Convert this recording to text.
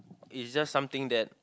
is just something that